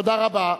תודה רבה.